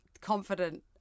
confident